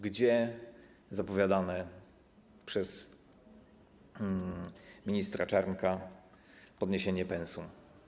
Gdzie zapowiadane przez ministra Czarnka podniesienie pensum?